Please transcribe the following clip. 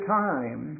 time